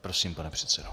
Prosím, pane předsedo.